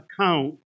account